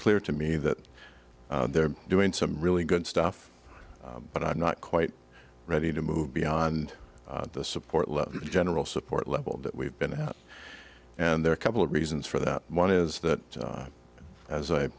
clear to me that they're doing some really good stuff but i'm not quite ready to move beyond the support level general support level that we've been at and there are couple of reasons for that one is that as i